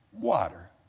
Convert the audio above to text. water